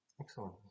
Excellent